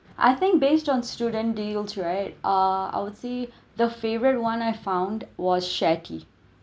I think based on student deals right uh I would see the favourite one I found was share tea